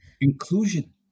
Inclusion